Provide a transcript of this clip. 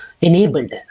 enabled